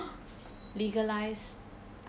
legalised